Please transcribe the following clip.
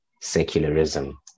secularism